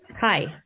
Hi